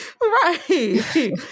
Right